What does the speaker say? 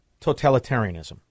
totalitarianism